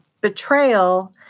betrayal